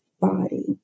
body